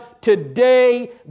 today